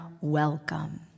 welcome